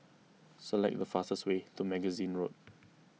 select the fastest way to Magazine Road